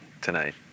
tonight